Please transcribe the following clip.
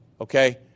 Okay